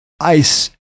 ice